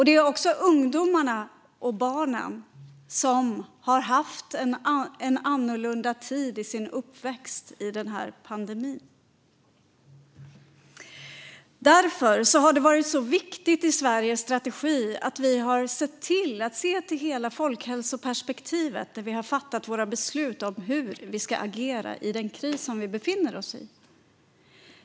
Det är också ungdomarna och barnen som har haft en annorlunda tid i sin uppväxt under pandemin. Därför har det varit så viktigt i Sveriges strategi att se till hela folkhälsoperspektivet när vi har fattat våra beslut om hur vi ska agera i den kris som vi befinner oss i.